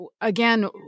again